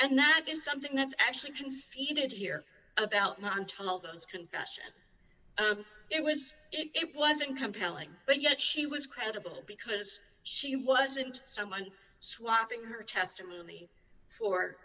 and that is something that's actually conceded here about non tonal those confession it was it wasn't compelling but yet she was credible because she wasn't someone swapping her testimony for